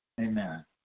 Amen